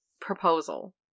proposal